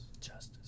Justice